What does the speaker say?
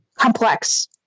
complex